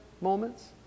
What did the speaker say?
moments